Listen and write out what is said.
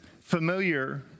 familiar